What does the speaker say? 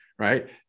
right